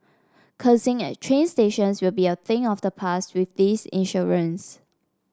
cursing at train stations will be a thing of the past with this insurance